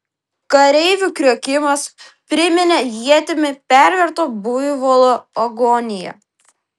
kareivių kriokimas priminė ietimi perverto buivolo agoniją